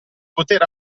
poter